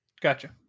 Gotcha